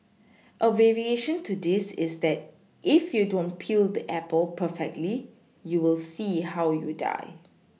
a variation to this is that if you don't peel the Apple perfectly you will see how you die